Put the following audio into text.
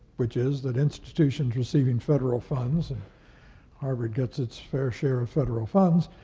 which is that institutions receiving federal funds, and harvard gets its fair share of federal funds,